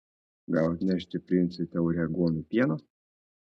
gal atnešti princui taurę aguonų pieno